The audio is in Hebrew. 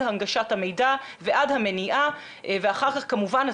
הנגשת המידע ועד המניעה ואחר כך כמובן הטיפול,